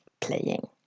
playing